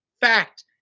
fact